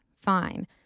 fine